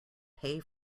pay